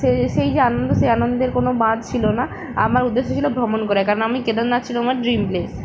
সেই সেই যে আনন্দ সেই আনন্দের কোনো বাঁধ ছিলো না আমার উদ্দেশ্য ছিলো ভ্রমণ করা কারণ আমি কেদারনাথ ছিলো আমার ড্রিম প্লেস